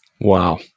Wow